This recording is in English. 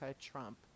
Trump